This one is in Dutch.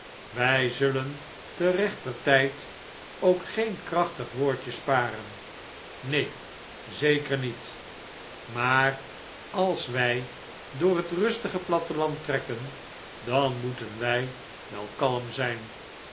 wij zullen te rechter tijd ook geen krachtig woordje sparen neen zeker niet maar als wij door het rustige platteland trekken dan moeten wij wel kalm zijn